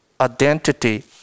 identity